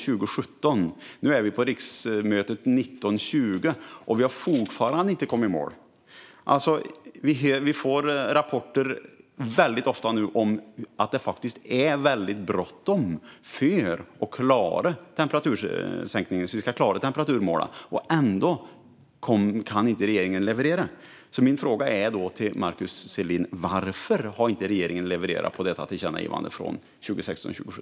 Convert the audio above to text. Nu är vi inne på riksmötet 2019 17.